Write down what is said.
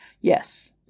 yes